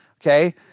Okay